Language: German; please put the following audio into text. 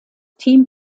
team